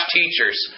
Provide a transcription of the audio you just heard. teachers